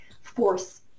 force